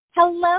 Hello